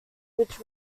which